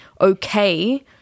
okay